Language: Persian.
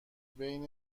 بین